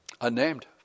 Unnamed